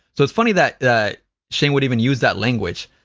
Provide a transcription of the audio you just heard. so it's funny that that shane would even use that language.